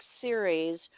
series